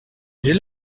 j’ai